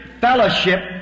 fellowship